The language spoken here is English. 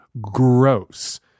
gross